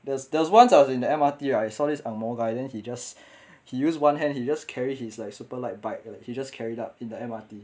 there's there was once I was in the M_R_T right I saw this ang moh guy then he just he use one hand he just carry like super light bike like he just carry up in the M_R_T